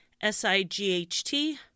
S-I-G-H-T